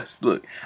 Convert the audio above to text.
Look